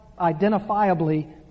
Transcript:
identifiably